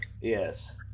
yes